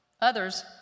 Others